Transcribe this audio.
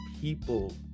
people